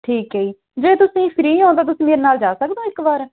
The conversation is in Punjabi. ਠੀਕ ਹੈ ਜੀ ਜੇ ਤੁਸੀਂ ਫ੍ਰੀ ਹੋ ਤਾਂ ਤੁਸੀਂ ਮੇਰੇ ਨਾਲ ਜਾ ਸਕਦੇ ਹੋ ਇੱਕ ਵਾਰ